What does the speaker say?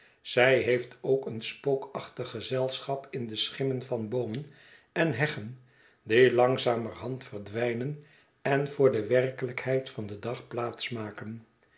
zij heeft ook een spookachtig gezelschap in de schimmen van boomen én heggen die langzamerhand verdwijnen en voor de werkelijkheid van den dag plaats maken